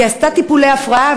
היא עשתה טיפולי הפריה,